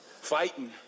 fighting